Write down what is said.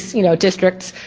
you know districts,